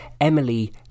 Emily